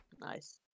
nice